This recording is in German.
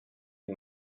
die